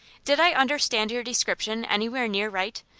did i understand your description anywhere near right?